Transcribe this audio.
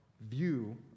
view